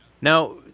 Now –